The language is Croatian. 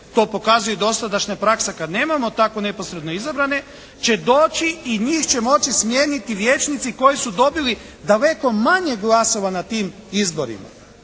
to pokazuje dosadašnja praksa kad nemamo tako neposredno izabrane će doći i njih će moći smijeniti vijećnici koji su dobili daleko manje glasova na tim izborima.